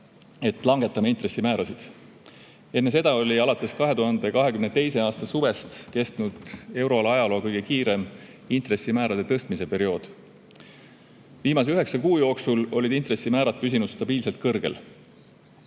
langetada intressimäärasid. Enne seda oli alates 2022. aasta suvest kestnud euroala ajaloo kõige kiirem intressimäärade tõstmise periood. Viimase üheksa kuu jooksul olid intressimäärad püsinud stabiilselt kõrgel.